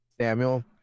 Samuel